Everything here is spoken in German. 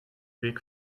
weg